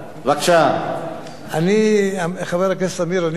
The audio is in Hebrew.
מה שלמדתי עליך בשנים האחרונות הוא שאתה